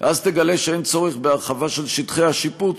ואז תגלה שאין צורך בהרחבה של שטחי השיפוט,